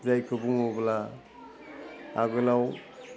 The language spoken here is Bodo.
जायखौ बुङोब्ला आगोलाव